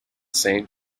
saint